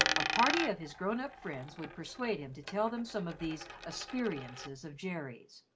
a party of his grown-up friends would persuade him to tell them some of these asperiences of jerry's,